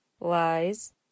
Lies